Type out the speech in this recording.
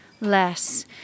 less